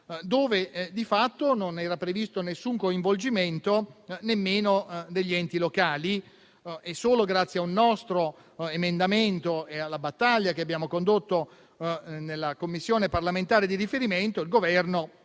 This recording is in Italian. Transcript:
dove di fatto non era previsto alcun coinvolgimento nemmeno degli enti locali; solo grazie a un nostro emendamento e alla battaglia che abbiamo condotto nella Commissione parlamentare di riferimento, il Governo